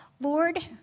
Lord